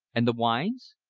and the wines?